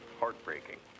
heartbreaking